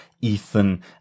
ethan